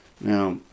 Now